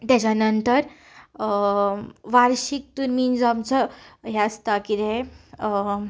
तेच्या नंतर वार्शीक तुमी जो आमचो हें आसता कितें